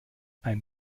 ein